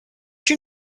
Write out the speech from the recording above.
you